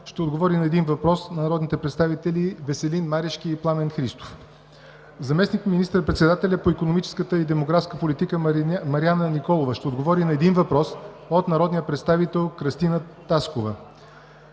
ще отговори на един въпрос на народните представители Веселин Марешки и Пламен Христов; - заместник министър-председателят по икономическата и демографската политика Мариана Николова ще отговори на един въпрос от народния представител Кръстина Таскова;